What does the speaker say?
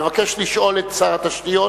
המבקש לשאול את שר התשתיות